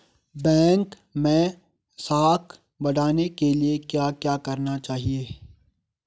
Bank मैं साख बढ़ाने के लिए क्या क्या करना चाहिए?